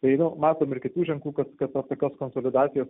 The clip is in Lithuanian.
tai nu matom ir kitų ženklų kad kad nuo tokios konsolidacijos